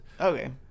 Okay